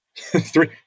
Three